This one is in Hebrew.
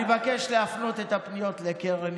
אני מבקש להפנות את הפניות לקרן,